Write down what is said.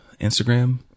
Instagram